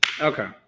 okay